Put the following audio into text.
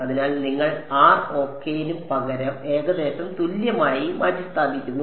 അതിനാൽ നിങ്ങൾ R ok ന് ഏകദേശം തുല്യമായി മാറ്റിസ്ഥാപിക്കുന്നു